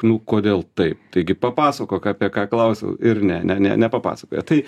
nu kodėl taip taigi papasakok apie ką klausiau ir ne ne nepapasakoja tai